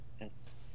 Yes